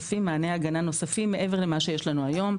הגנה נוספים מעבר למה שיש לנו היום,